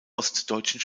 ostdeutschen